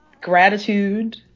gratitude